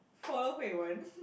follow Hui Wen